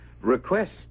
request